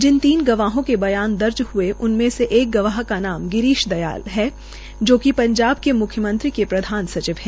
जिन गवाहों के बयान दर्ज हये उनमें एक गवाह का नाम गिरीश दयाल है जो पंजाब के म्ख्यमंत्री के प्रधान सचिव है